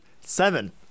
seven